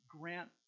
grant